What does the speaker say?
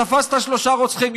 תפסת שלושה רוצחים,